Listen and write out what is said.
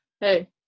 hey